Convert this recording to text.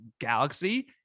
galaxy